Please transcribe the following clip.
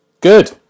Good